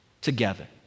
together